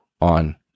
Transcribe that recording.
on